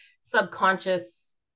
subconscious